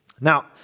Now